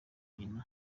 nyina